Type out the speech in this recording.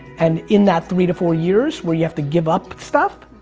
and in that three to four years where you have to give up stuff,